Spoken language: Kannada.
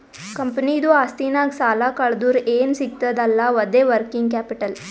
ಕಂಪನಿದು ಆಸ್ತಿನಾಗ್ ಸಾಲಾ ಕಳ್ದುರ್ ಏನ್ ಸಿಗ್ತದ್ ಅಲ್ಲಾ ಅದೇ ವರ್ಕಿಂಗ್ ಕ್ಯಾಪಿಟಲ್